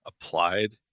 applied